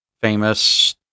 famous